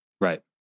Right